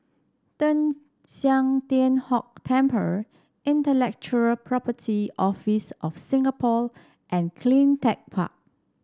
Teng San Tian Hock Temple Intellectual Property Office of Singapore and CleanTech Park